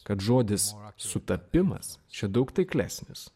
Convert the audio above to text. kad žodis sutapimas čia daug taiklesnis